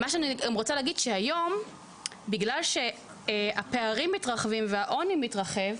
כיוון שהעוני והפערים מתרחבים היום,